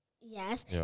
Yes